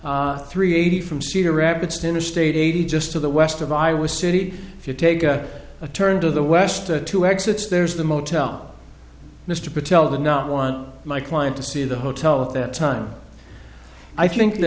three eighty from cedar rapids to interstate eighty just to the west of i was city if you take a turn to the west the two exits there's the motel mr patel the not one my client to see the hotel at that time i think th